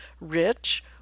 rich